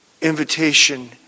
invitation